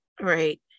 right